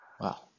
wow